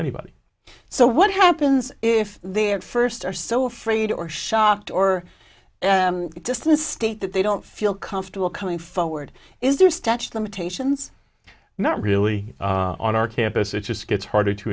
anybody so what happens if their first are so afraid or shocked or just in a state that they don't feel comfortable coming forward is their stetch them attentions not really on our campus it just gets harder to